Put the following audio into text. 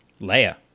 Leia